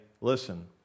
listen